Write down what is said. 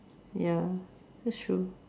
ya that's true